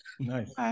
nice